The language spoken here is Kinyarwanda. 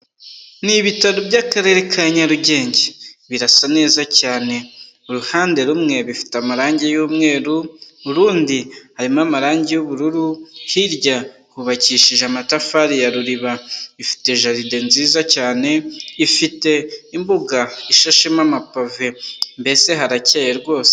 Ni ibitaro by'akarere ka Nyarugenge. Birasa neza cyane. Uruhande rumwe bifite amarangi y'umweru, urundi harimo amarangi y'ubururu, hirya hubakishije amatafari ya ruriba. Ifite jaride nziza cyane, ifite imbuga ishashemo amapave. Mbese harakeye rwose.